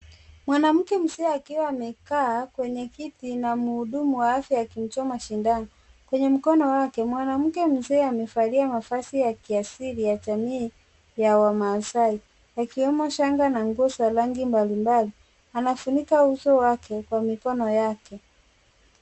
Mwanamke mzee akiwa amekaa kwenye kiti na mhudumu wa afya akimchoma shindano kwenye mkono wake. Mwanamke mzee amevalia mavazi ya kiasili ya jamii ya wamaasai, ikiwemo shanga na nguo za rangi mbalimbali. Anafunika uso wake kwa mikono yake.